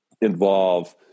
involve